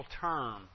term